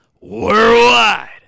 worldwide